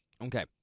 Okay